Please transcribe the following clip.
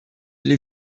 les